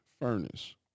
furnace